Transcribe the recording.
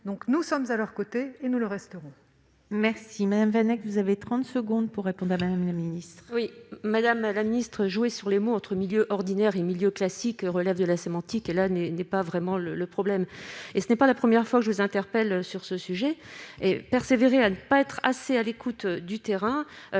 Nous sommes à leurs côtés, et nous le resterons.